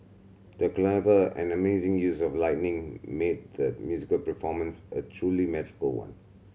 the clever and amazing use of lighting made the musical performance a truly magical one